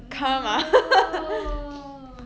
no